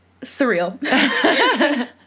surreal